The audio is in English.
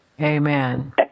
Amen